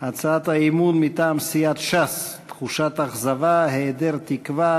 הצעת אי-אמון מטעם סיעת ש"ס: תחושת אכזבה והיעדר תקווה,